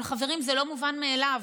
אבל חברים, זה לא מובן מאליו.